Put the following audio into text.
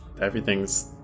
everything's